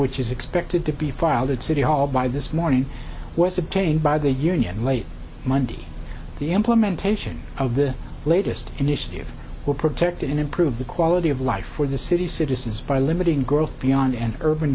which is expected to be filed at city hall by this morning was obtained by the union late monday the implementation of the latest initiative will protect and improve the quality of life for the city's citizens by limiting growth beyond and urban